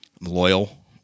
loyal